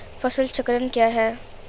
फसल चक्रण क्या है?